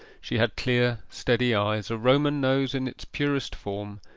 she had clear steady eyes, a roman nose in its purest form,